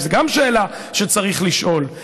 גם זו שאלה שצריך לשאול.